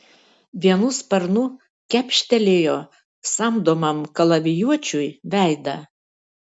vienu sparnu kepštelėjo samdomam kalavijuočiui veidą